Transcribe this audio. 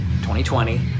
2020